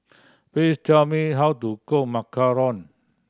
please tell me how to cook macaron